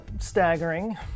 staggering